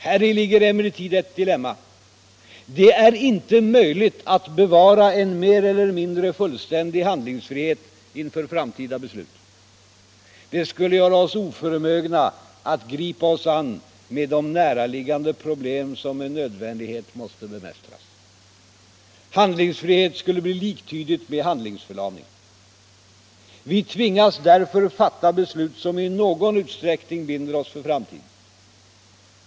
Häri ligger emellertid ett dilemma. Det är inte möjligt att bevara en mer eller mindre fullständig handlingsfrihet inför framtida beslut. Det skulle göra oss oförmögna att gripa oss an med de näraliggande problem som med nödvändighet måste bemästras. Handlingsfrihet skulle bli liktydigt med handlingsförlamning. Vi tvingas därför fatta beslut som i någon utsträckning binder oss för framtiden.